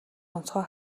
онцгой